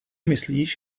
myslíš